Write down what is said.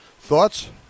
Thoughts